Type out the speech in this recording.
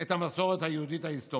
את המסורת היהודית ההיסטורית.